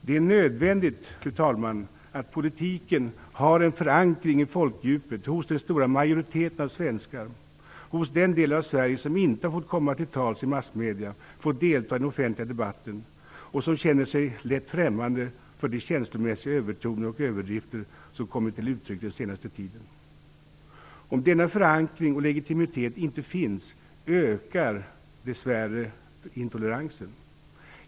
Det är nödvändigt, fru talman, att politiken har en förankring i folkdjupet, hos den stora majoriteten av svenskar, hos den del av Sverige som inte har fått komma till tals i massmedierna och fått delta i den offentliga debatten och som känner sig lätt främmande inför de känslomässiga övertoner och överdrifter som kommit till uttryck den senaste tiden. Om denna förankring och legitimitet inte finns ökar dess värre intoleransen.